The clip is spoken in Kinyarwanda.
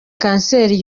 kanseri